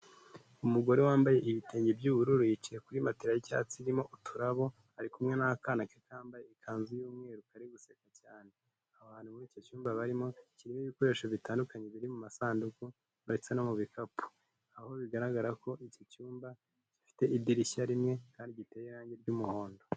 Umugore wambaye ibitenge by'ubururu yicaye kuri matela y'icyatsi irimo uturabo, ari kumwe n'akana ke kambaye ikanzu y'umweru kari guseka cyane. Aho hantu muri icyo cyumba barimo kirimo ibikoresho bitandukanye biri mu masanduku ndetse no mu bikapu. Aho bigaragara ko icyo cyumba gifite idirishya rimwe kandi giteye irangi ry'umuhondo.